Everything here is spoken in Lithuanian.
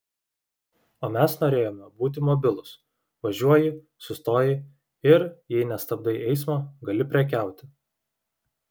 o mes norėjome būti mobilūs važiuoji sustoji ir jei nestabdai eismo gali prekiauti